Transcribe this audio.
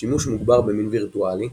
שימוש מוגבר במין וירטואלי,